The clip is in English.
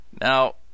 Now